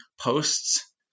posts